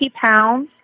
pounds